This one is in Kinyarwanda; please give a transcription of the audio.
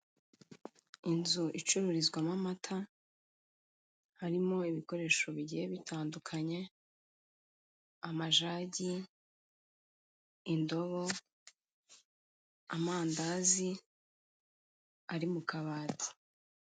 Inzu icururizwamo amata harimo ibikoresho bigiye bitandukanye amajagi, indobo, amandazi ari mu kabati.